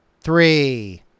three